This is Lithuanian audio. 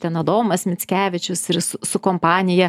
ten adomas mickevičius ir s su kompanija